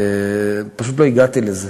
פשוט לא הגעתי לזה.